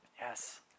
Yes